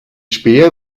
späher